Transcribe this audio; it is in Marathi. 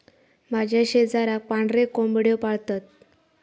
माझ्या शेजाराक पांढरे कोंबड्यो पाळतत